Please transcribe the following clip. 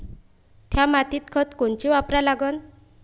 थ्या मातीत खतं कोनचे वापरा लागन?